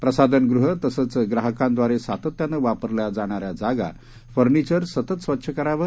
प्रसाधनगृहतसंचग्राहकांदवारेसातत्यानंवापरल्याजाणाऱ्याजागा फर्नीचरसततस्वच्छकरावं